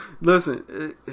listen